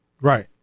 Right